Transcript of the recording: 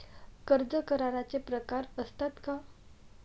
कर्ज कराराचे प्रकार असतात का?